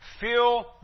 Fill